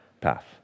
path